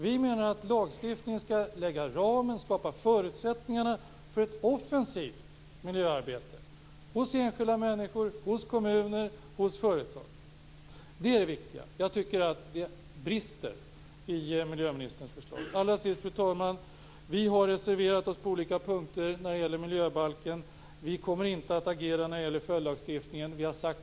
Vi anser att lagstiftningen skall ange ramen och skapa förutsättningar för ett offensivt miljöarbete hos enskilda människor, hos kommuner och hos företag. Det är detta som är det viktiga. Jag tycker att det finns brister i miljöministerns förslag. Fru talman! Allra sist: Vi har reserverat oss på olika punkter när det gäller miljöbalken. Vi kommer inte att agera i fråga om följdlagstiftningen.